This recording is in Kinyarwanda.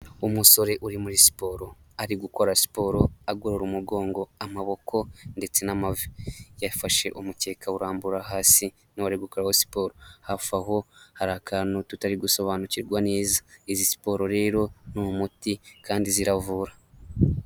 Umusore uri muri siporo ari gukora siporo agorora umugongo, amaboko ndetse n'amavi, yafashe umukeka urambura hasi, niwo ari gukoreraho siporo, hafi aho hari akantu tutari gusobanukirwa neza, izi siporo rero ni umuti kandi ziravura.